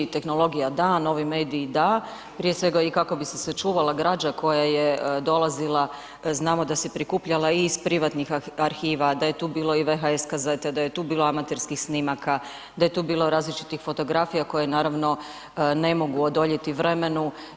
Tehnologija da, novi mediji da prije svega i kako bi se sačuvala građa koja je dolazila znamo da se prikupljala i iz privatnih arhiva, da je tu bilo i … te da je tu bilo amaterskih snimaka, da je tu bilo različitih fotografija koje naravno ne mogu odoljeti vremenu.